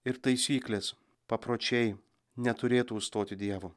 ir taisyklės papročiai neturėtų užstoti dievo